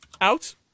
out